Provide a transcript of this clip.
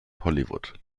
hollywood